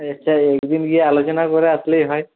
আচ্ছা একদিন গিয়ে আলোচনা করে আসলেই হয়